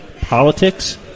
politics